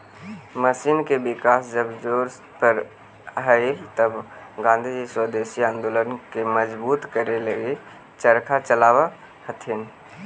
machine के विकास जब जोर पर हलई तब गाँधीजी स्वदेशी आंदोलन के मजबूत करे लगी चरखा चलावऽ हलथिन